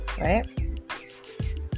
right